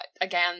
again